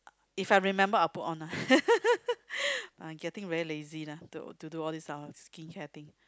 If I remember I'll put on lah I getting very lazy lah to to do all these type of skincare thing